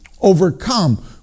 overcome